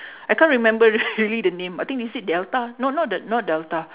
I can't remember really the name I think they say delta no not d~ not delta